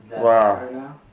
Wow